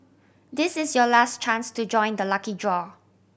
this is your last chance to join the lucky draw